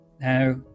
now